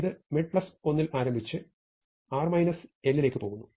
ഇത് mid 1 ൽ ആരംഭിച്ച് r 1 ലേക്ക് പോകുന്നു